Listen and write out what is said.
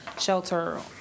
shelter